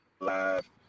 Live